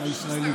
הישראלים.